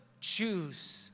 choose